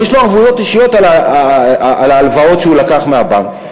יש לו ערבויות אישיות על ההלוואות שהוא לקח מהבנק,